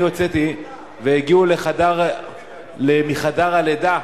וכשהגיעו מחדר הלידה,